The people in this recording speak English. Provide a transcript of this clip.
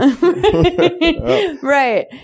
Right